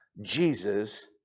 Jesus